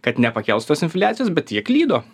kad nepakels tos infliacijos bet jie klydo